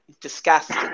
Disgusting